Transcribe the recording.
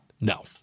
No